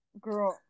Girl